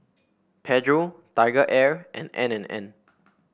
Pedro TigerAir and N and N